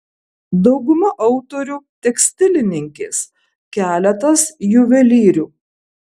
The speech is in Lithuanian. dauguma autorių tekstilininkės keletas juvelyrių